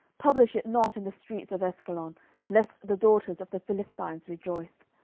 publish it not in the streets of askelon lest the daughters of the philistines rejoice,